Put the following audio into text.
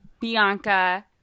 Bianca